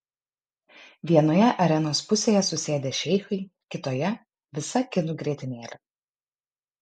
vienoje arenos pusėje susėdę šeichai kitoje visa kinų grietinėlė